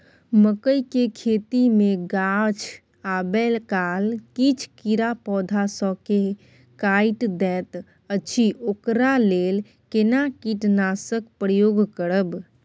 मकई के खेती मे गाछ आबै काल किछ कीरा पौधा स के काइट दैत अछि ओकरा लेल केना कीटनासक प्रयोग करब?